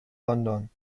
london